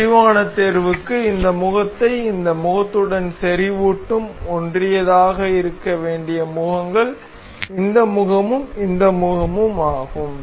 செறிவான தேர்வுக்கு இந்த முகத்தை இந்த முகத்துடன் செறிவூட்டவும் ஒன்றியதாக இருக்க வேண்டிய முகங்கள் இந்த முகமும் இந்த முகமும் ஆகும்